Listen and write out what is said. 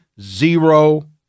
zero